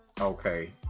Okay